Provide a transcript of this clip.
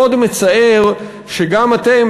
מאוד מצער שגם אתם,